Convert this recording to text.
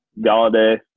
Galladay